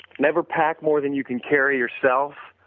never pack more than you can carry yourself,